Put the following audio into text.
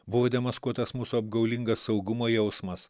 buvo demaskuotas mūsų apgaulingas saugumo jausmas